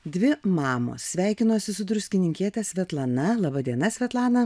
dvi mamos sveikinuosi su druskininkiete svetlana laba diena svetlana